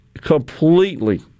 completely